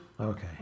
Okay